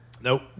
Nope